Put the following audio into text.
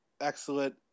excellent